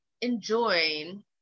enjoying